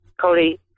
Cody